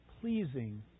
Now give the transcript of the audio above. pleasing